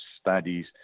studies